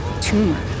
tumor